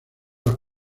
las